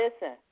listen